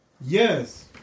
yes